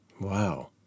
Wow